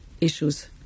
issues